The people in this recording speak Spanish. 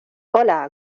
hola